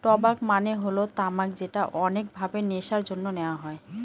টবাক মানে হল তামাক যেটা অনেক ভাবে নেশার জন্যে নেওয়া হয়